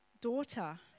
daughter